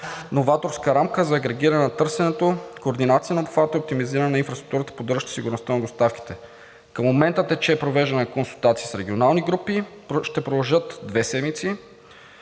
новаторска рамка за агрегиране на търсенето, координация на обхвата, оптимизиране на инфраструктурата, поддържаща сигурността на доставките. Към момента тече провеждане на консултации с регионални групи, които ще продължат две седмици,